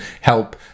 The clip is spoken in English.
help